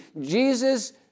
Jesus